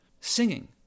Singing